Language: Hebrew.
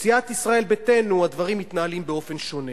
בסיעת ישראל ביתנו הדברים מתנהלים באופן שונה,